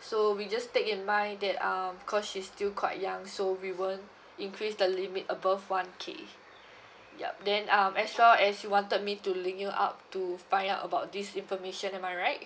so you just take in mind that um cause she's still quite young so we won't increase the limit above one K yup then um as well as you wanted me to link you up to find out about this information am I right